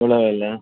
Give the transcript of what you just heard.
ಹುಳವೆಲ್ಲ